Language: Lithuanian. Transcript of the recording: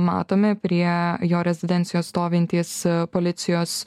matomi prie jo rezidencijos stovintys policijos